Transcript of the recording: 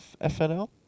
FNL